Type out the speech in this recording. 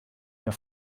der